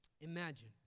Imagine